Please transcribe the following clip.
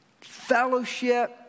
fellowship